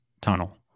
tunnel